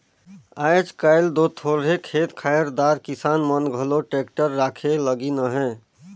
आएज काएल दो थोरहे खेत खाएर दार किसान मन घलो टेक्टर राखे लगिन अहे